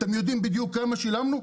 אתם יודעים בדיוק כמה שילמנו,